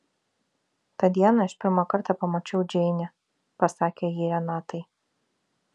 tą dieną aš pirmą kartą pamačiau džeinę pasakė ji renatai